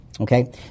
Okay